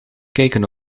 kijken